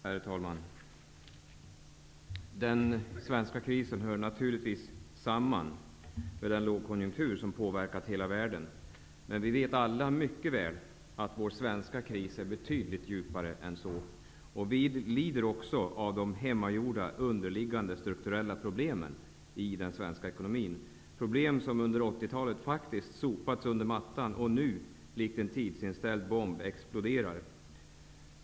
Herr talman! Den svenska krisen hör naturligtvis samman med den lågkonjunktur som har påverkat hela världen. Men vi vet alla mycket väl att vår svenska kris är betydligt djupare än så. Vi lider också av de hemmagjorda underliggande strukturella problemen i den svenska ekonomin, problem som under 80-talet faktiskt har sopats under mattan och nu likt en tidsinställd bomb exploderar.